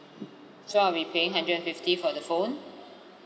so I'll be paying hundred and fifty for the phone